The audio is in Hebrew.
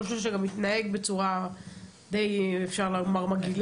לא משנה שהוא גם התנהג בצורה שאפשר לומר שהיא די מגעילה,